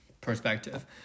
perspective